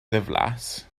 ddiflas